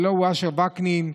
הלוא הוא אשר וקנין,